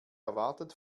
erwartet